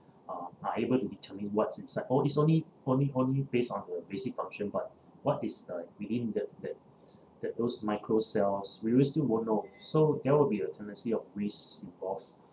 uh are able to tell me what's inside o~ it's only only only based on the basic function but what is uh within the the the those micro cells we really still won't know so there will be a tendency of risk involved